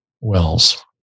wells